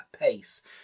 pace